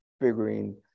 figuring